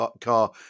car